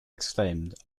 exclaimed